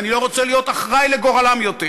ואני לא רוצה להיות אחראי לגורלם יותר,